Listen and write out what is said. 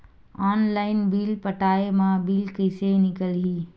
Online bill पटाय मा bill कइसे निकलही?